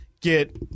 get